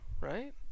right